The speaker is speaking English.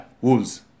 Wolves